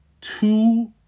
two